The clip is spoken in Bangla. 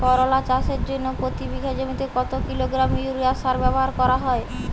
করলা চাষের জন্য প্রতি বিঘা জমিতে কত কিলোগ্রাম ইউরিয়া সার ব্যবহার করা হয়?